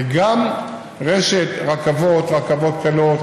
וגם רשת של רכבות קלות,